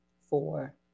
four